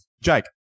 Jake